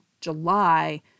July